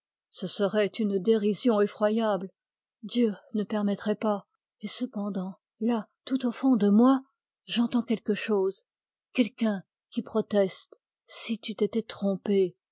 ce serait une dérision effroyable dieu ne permettrait pas et cependant là tout au fond de moi j'entends quelque chose quelqu'un qui proteste si tu t'étais trompé